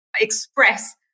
express